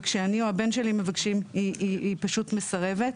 כשאני או הבן שלי מבקשים, היא פשוט מסרבת.